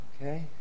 okay